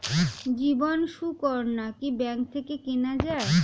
জীবন সুকন্যা কি ব্যাংক থেকে কেনা যায়?